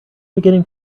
beginning